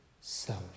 self